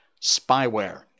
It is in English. spyware